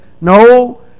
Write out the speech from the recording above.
No